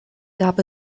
gab